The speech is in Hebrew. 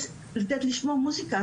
לתת לשמוע מוסיקה,